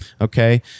Okay